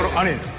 on it.